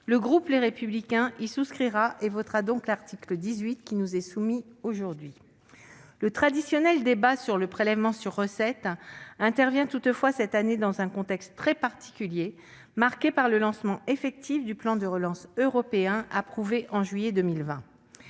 le groupe Les Républicains y souscrira et votera donc l'article 18 qui nous est soumis aujourd'hui. Le traditionnel débat sur le prélèvement sur recettes intervient toutefois cette année dans un contexte très particulier, marqué par le lancement effectif du plan de relance européen approuvé en juillet 2020.